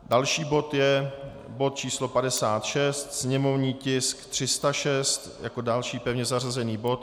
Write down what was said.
Další bod je bod číslo 56, sněmovní tisk 306, jako další pevně zařazený bod.